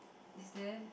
is there